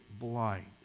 blind